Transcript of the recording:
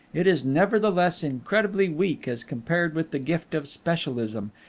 it is nevertheless incredibly weak as compared with the gift of specialism,